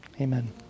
Amen